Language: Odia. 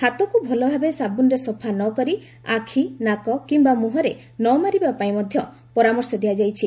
ହାତକୁ ଭଲଭାବେ ସାବୁନ୍ରେ ସଫା ନକରି ଆଖି ନାକ କିମ୍ବା ମୁହଁରେ ନମାରିବା ପାଇଁ ମଧ୍ୟ ପରାମର୍ଶ ଦିଆଯାଇଛି